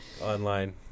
online